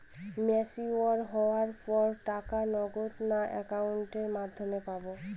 Mature হওয়ার পর টাকা নগদে না অ্যাকাউন্টের মাধ্যমে পাবো?